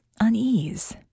unease